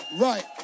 right